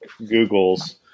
Googles